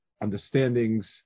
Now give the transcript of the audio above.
understandings